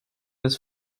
des